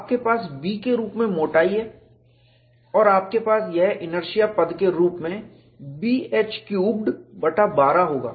आपके पास B के रूप में मोटाई थिकनेस है और आपके पास यह इनर्शिया पद के रूप में Bh क्यूबेड बटा 12 होगा